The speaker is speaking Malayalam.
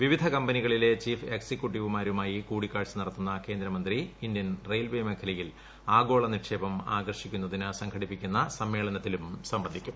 വിവിധ കമ്പനികളിലെ ചീഫ് എക്സിക്യൂട്ടിവുമാരുമായി കൂടിക്കാഴ്ച നടത്തുന്ന കേന്ദ്രമന്ത്രി ഇന്ത്യൻ റെയിൽവേ മേഖലയിൽ ആഗോള നിക്ഷേപം ആകർഷിക്കുന്നതിന് സംഘടിപ്പിക്കുന്ന സമ്മേളനത്തിലും സംബന്ധിക്കും